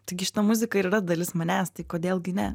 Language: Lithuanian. taigi šita muzika ir yra dalis manęs tai kodėl gi ne